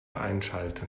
einschalten